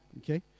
Okay